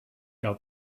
out